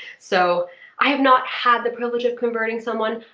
so i have not had the privilege of converting someone,